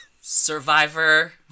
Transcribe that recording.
Survivor